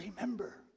remember